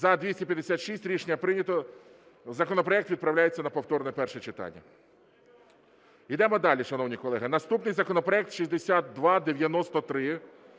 За-256 Рішення прийнято. Законопроект відправляється на повторне перше читання. Ідемо далі, шановні колеги. Наступний законопроект 6293